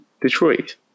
Detroit